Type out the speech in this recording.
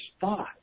thought